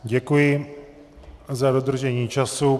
Děkuji a za dodržení času.